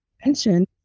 attention